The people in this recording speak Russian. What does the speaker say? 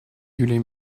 юлия